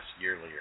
yearly